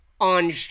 on